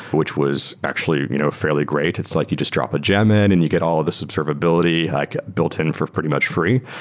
which was actually you know fairly great. it's like you just drop a gem in and you get all of this observability like built-in for pretty much free.